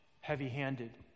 heavy-handed